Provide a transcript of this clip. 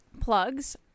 plugs